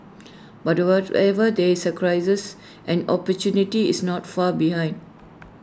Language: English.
but the whatever there is A crisis an opportunity is not far behind